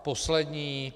Poslední.